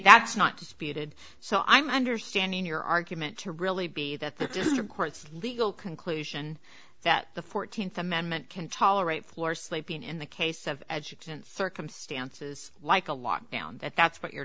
that's not disputed so i'm understanding your argument to really be that this is the court's legal conclusion that the fourteenth amendment can tolerate floor sleeping in the case of edge in circumstances like a lockdown that that's what you